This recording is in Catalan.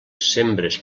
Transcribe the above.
sembres